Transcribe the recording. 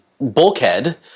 bulkhead